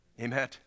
Amen